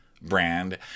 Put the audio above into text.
brand